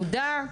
עובדה,